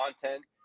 content